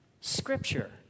scripture